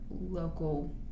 local